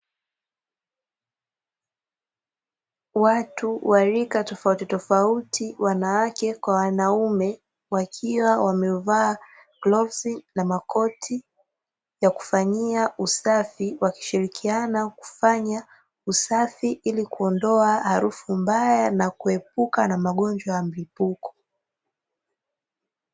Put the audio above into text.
Watu wa rika tofautitofauti (wanawake kwa wanaume), wakiwa wamevaa glovu na makoti ya kufanyia usafi, wakishirikiana kufanya usafi ili kuondoa na harufu mbaya na kuepuka na magonjwa ya mlipuko.